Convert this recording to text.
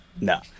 No